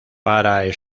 para